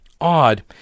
odd